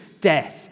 death